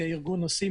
כארגון נוסעים,